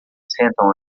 sentam